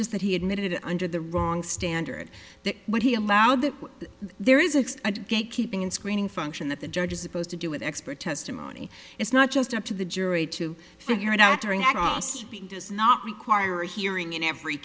just that he admitted under the wrong standard that when he allowed that there is a gate keeping in screening function that the judge is supposed to do with expert testimony it's not just up to the jury to figure it out during at all does not require a hearing in every